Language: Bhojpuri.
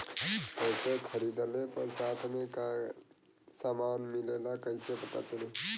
ट्रैक्टर खरीदले पर साथ में का समान मिलेला कईसे पता चली?